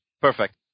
Perfect